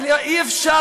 ואי-אפשר,